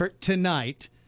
tonight